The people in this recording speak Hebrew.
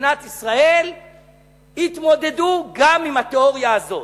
מדינת ישראל יתמודדו גם עם התיאוריה הזו?